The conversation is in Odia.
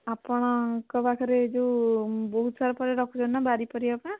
ଆପଣଙ୍କ ପାଖରେ ଯେଉଁ ବହୁତ ସାରା ପରିବା ରଖୁଛନ୍ତି ନା ବାରି ପରିବା ପା